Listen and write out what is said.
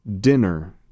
Dinner